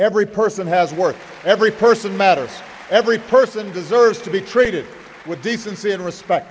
every person has worked every person matters every person deserves to be treated with decency and respect